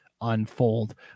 unfold